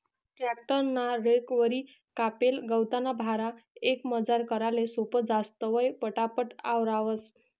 tractor ना recovery कापेल गवतना भारा एकमजार कराले सोपं जास, तवंय पटापट आवरावंस